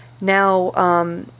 Now